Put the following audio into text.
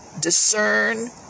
discern